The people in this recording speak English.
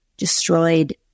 destroyed